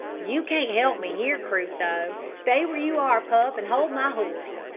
you can't help me here, crusoe. stay where you are, pup, and hold my horse.